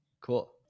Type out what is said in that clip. Cool